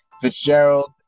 Fitzgerald